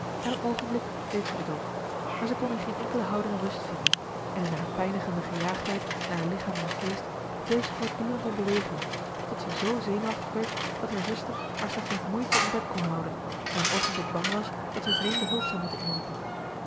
en een oogenblik deed zij dat ook maar zij kon in geen enkele houding rust vinden en in haar pijnigende gejaagdheid naar lichaam en geest bleef zij voortdurend in beweging tot zij zoo zenuwachtig werd dat haar zuster haar slechts met moeite in bed kon houden en een oogenblik bang was dat zij vreemde hulp zou moeten inroepen